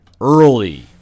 early